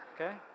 okay